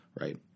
right